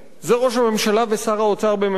זה ראש הממשלה ושר האוצר בממשלתו.